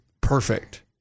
perfect